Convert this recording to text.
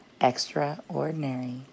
extraordinary